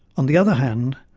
on the other hand,